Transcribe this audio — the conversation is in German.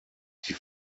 die